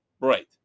Right